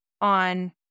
on